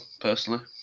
personally